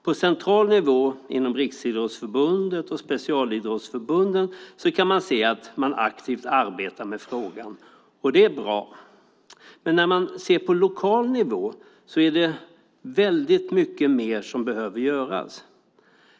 På central nivå inom Riksidrottsförbundet och specialidrottsförbunden kan man se att de aktivt arbetar med frågan. Det är bra. Men när man ser på lokal nivå är det mycket mer som behöver göras.